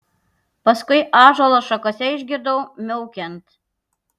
paskui ąžuolo šakose išgirdau miaukiant